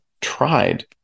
tried